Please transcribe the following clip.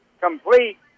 complete